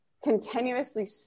continuously